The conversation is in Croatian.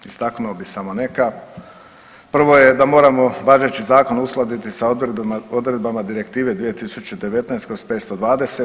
Istaknuo bih samo neka, prvo je da moramo važeći zakon uskladiti sa odredbama Direktive 2019/